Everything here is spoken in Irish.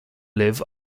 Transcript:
libh